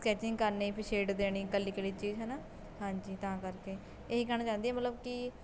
sketching ਕਰਨੀ ਫਿਰ shade ਦੇਣੀ ਇਕੱਲੀ ਇਕੱਲੀ ਚੀਜ਼ ਹੈ ਨਾ ਹਾਂਜੀ ਤਾਂ ਕਰਕੇ ਇਹੀ ਕਹਿਣਾ ਚਾਹੁੰਦੀ ਹਾਂ ਮਤਲਬ ਕਿ